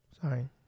Sorry